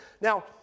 Now